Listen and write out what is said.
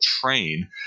train